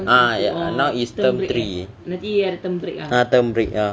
ha ya now is term three ha term break ya